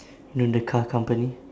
you know the car company